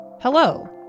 Hello